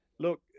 Look